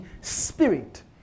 Spirit